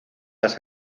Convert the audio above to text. las